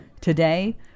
Today